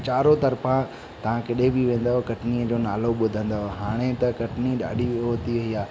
चारों तरफां तव्हां किथे बि वेंदव कटनीअ जो नालो ॿुधंदव हाणे त कटनी ॾाढी हो थी वई आहे